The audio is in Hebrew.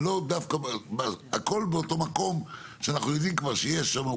ולא דווקא הכל באותו מקום שאנחנו יודעים כבר שיש שם ,